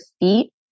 feet